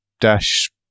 dash